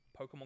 Pokemon